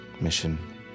mission